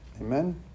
Amen